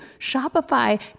Shopify